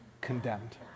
condemned